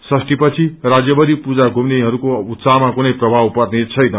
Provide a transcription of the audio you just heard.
षष्इहपछि राज्यभरि पूजा घुम्नेहरूको उत्साहमा कुनै प्रभाव पर्नेछेन